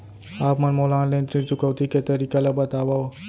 आप मन मोला ऑनलाइन ऋण चुकौती के तरीका ल बतावव?